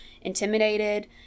intimidated